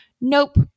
Nope